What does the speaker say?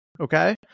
Okay